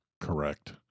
Correct